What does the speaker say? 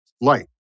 light